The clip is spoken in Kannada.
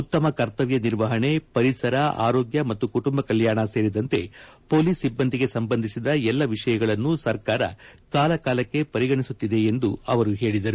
ಉತ್ತಮ ಕರ್ತವ್ಯ ನಿರ್ವಹಣೆ ಪರಿಸರ ಆರೋಗ್ಯ ಮತ್ತು ಕುಟುಂಬ ಕಲ್ಕಾಣ ಸೇರಿದಂತೆ ಪೊಲೀಸ್ ಸಿಬ್ಬಂದಿಗೆ ಸಂಬಂಧಿಸಿದ ಎಲ್ಲಾ ವಿಷಯಗಳನ್ನು ಸರ್ಕಾರ ಕಾಲಕಾಲಕ್ಕೆ ಪರಿಗಣಿಸುತ್ತಿದೆ ಎಂದು ಅವರು ಹೇಳಿದರು